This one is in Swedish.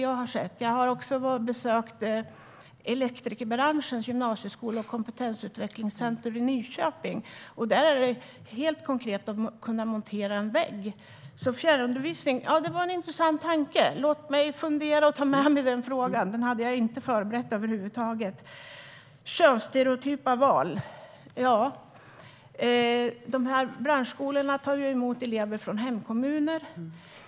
Jag har också besökt Elteknikbranschens gymnasieskola och kompetensutvecklingscenter i Nyköping, och där handlar det helt konkret om att kunna montera i en vägg. Men fjärrundervisning är en intressant tanke. Låt mig ta med mig din fråga och fundera på den, för jag hade inte förberett den över huvud taget. När det gäller könsstereotypa val: Branschskolorna tar emot elever från hemkommunerna.